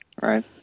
Right